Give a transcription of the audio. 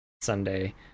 Sunday